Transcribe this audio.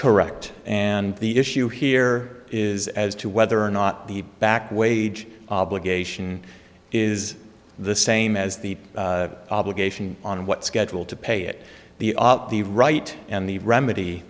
correct and the issue here is as to whether or not the back wage obligation is the same as the obligation on what schedule to pay it the the right and the remedy